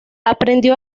aprendió